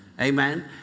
Amen